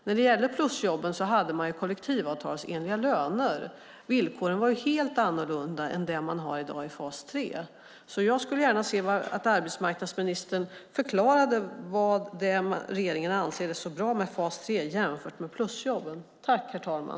När det gällde plusjobben hade man kollektivavtalsenliga löner. Villkoren var helt annorlunda än de som man i dag har i fas 3. Jag skulle gärna se att arbetsmarknadsministern förklarade vad det är regeringen anser vara så bra med fas 3 jämfört med plusjobben.